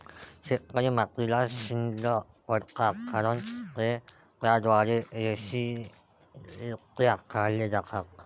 शेतकरी मातीला छिद्र पाडतात कारण ते त्याद्वारे रेषीयरित्या काढले जातात